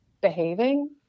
behaving